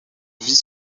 vit